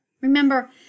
remember